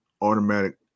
automatic